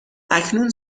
اکنون